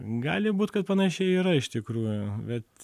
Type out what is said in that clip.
gali būt kad panašiai yra iš tikrųjų bet